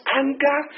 anger